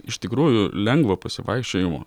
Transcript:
iš tikrųjų lengvo pasivaikščiojimo